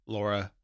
Laura